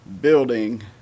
Building